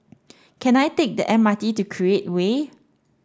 can I take the M R T to Create Way